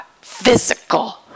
physical